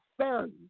son